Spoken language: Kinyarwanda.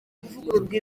kuvugururwa